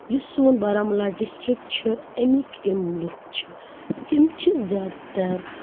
یُس سون بارہمولہ ڈِسٹرک چھِ أمِکۍ یِم لُکھ چھِ تِم چھِ زیادٕ تَر